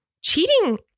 cheating